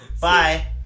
bye